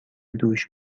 دوش